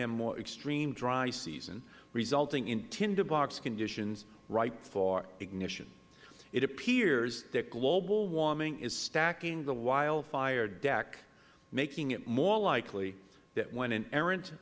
and more extreme dry season resulting in tinder box conditions ripe for ignition it appears that global warming is stacking the wildfire deck making it more likely that when an erran